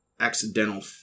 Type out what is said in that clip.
accidental